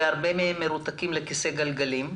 והרבה מהם מרותקים לכיסא גלגלים.